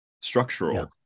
structural